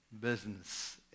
business